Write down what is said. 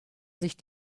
sich